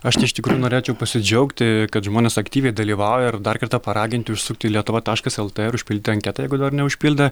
aš tai ištikrųjų norėčiau pasidžiaugti kad žmonės aktyviai dalyvauja ir dar kartą paraginti užsukti į lietuva taškas lt ir užpildyti anketą jeigu dar neužpildė